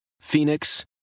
Phoenix